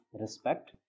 respect